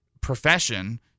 profession